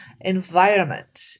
environment